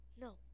no